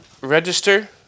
register